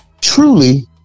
truly